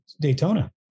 Daytona